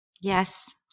Yes